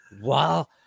Wow